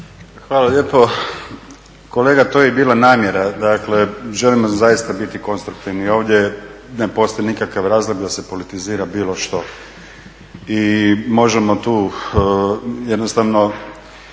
Hvala lijepo. Kolega to je i bila namjera. Dakle, želimo zaista biti konstruktivni i ovdje ne postoji nikakav razlog da se politizira bilo što. I možemo tu jednostavno